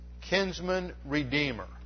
Kinsman-redeemer